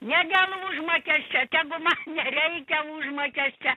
ne dėl užmakesčio tegu man nereikia užmakesčio